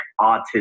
autism